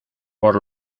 por